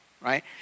right